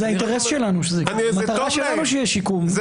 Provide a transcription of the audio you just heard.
זה אינטרס שלנו שיהיה שיקום, מטרה שלנו.